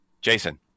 Jason